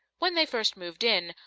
when they first moved in,